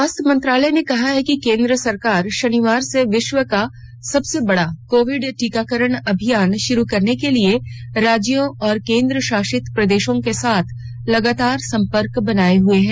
स्वास्थ्य मंत्रालय ने कहा है कि केंद्र सरकार शनिवार से विश्व का सबसे बड़ा कोविड टीकाकरण अभियान शुरू करने के लिए राज्यों और केंद्रशासित प्रदेशों के साथ लगातार सम्पर्क बनाए हुए है